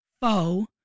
foe